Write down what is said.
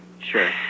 sure